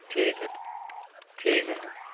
ٹھیک ہے ٹھیک ہے ہاں